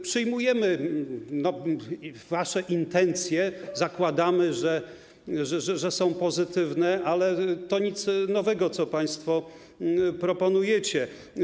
Przyjmujemy wasze intencje, zakładamy, że są pozytywne, ale to nic nowego, co państwo proponujecie.